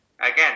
Again